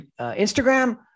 Instagram